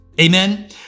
Amen